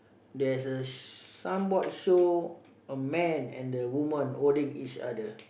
there's a some what show a man and the woman holding each other